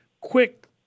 quick